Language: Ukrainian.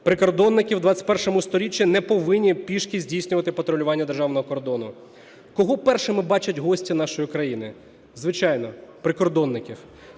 Прикордонники в ХХІ сторіччі не повинні пішки здійснювати патрулювання державного кордону. Кого першими бачать гості нашої країни? Звичайно, прикордонників.